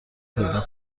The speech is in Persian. پیدا